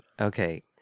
Okay